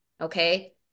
Okay